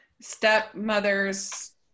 stepmother's